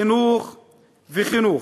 חינוך וחינוך.